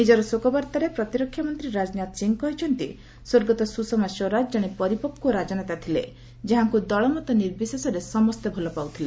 ନିଜର ଶୋକବାର୍ତ୍ତାରେ ପ୍ରତିରକ୍ଷା ମନ୍ତ୍ରୀ ରାଜନାଥ ସିଂ କହିଛନ୍ତି ସ୍ୱର୍ଗତ ସ୍ପଷମା ସ୍ୱରାଜ ଜଣେ ପରିପକ୍ୱ ରାଜନେତା ଥିଲେ ଯାହାଙ୍କୁ ଦଳମତ ନିର୍ବିଶେଷରେ ସମସ୍ତେ ଭଲ ପାଉଥିଲେ